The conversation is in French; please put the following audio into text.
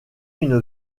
une